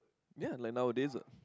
ya like nowadays ah